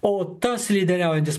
o tas lyderiaujantis